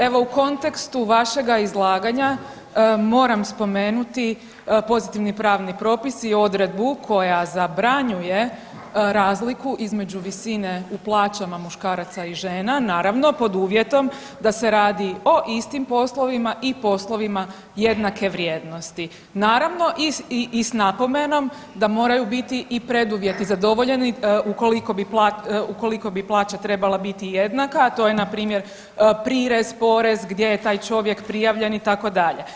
Evo u kontekstu vašega izlaganja moram spomenuti pozitivni pravni propis i odredbu koja zabranjuje razliku između visine u plaćama muškaraca i žena, naravno pod uvjetom da se radi pod istim poslovima i poslovima jednake vrijednosti naravno i s napomenom da moraju biti i preduvjeti za dovoljan, ukoliko bi plaća trebala biti jednaka, a to je na primjer prirez, porez, gdje je taj čovjek prijavljen itd.